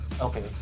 Okay